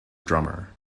drummer